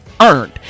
earned